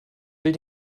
will